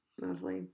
lovely